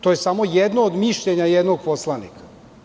To je samo jedno od mišljenja jednog poslanika.